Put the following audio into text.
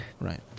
Right